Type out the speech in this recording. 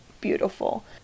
beautiful